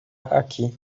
aqui